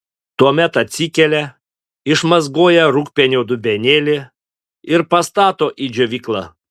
tuomet atsikelia išmazgoja rūgpienio dubenėlį ir pastato į džiovyklą